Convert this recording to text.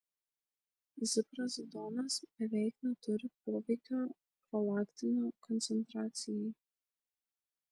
ziprazidonas beveik neturi poveikio prolaktino koncentracijai